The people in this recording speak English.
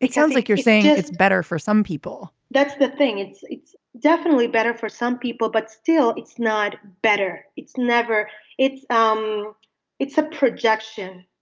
it sounds like you're saying it's better for some people that's the thing. it's it's definitely better for some people. but still, it's not better. it's never it's. um it's a projection.